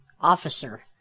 officer